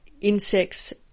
insects